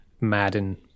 Madden